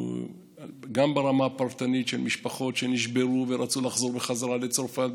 גם ברמה הפרטנית של משפחות שנשברו ורצו לחזור בחזרה לצרפת,